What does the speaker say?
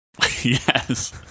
Yes